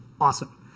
Awesome